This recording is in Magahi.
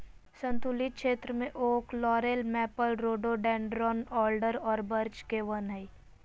सन्तुलित क्षेत्र में oak, laurel, maple, rhododendron, alder और बर्च के वन हइ